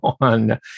on